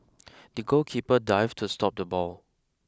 the goalkeeper dived to stop the ball